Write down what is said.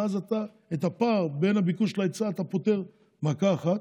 ואז את הפער בין הביקוש להיצע אתה פותר במכה אחת,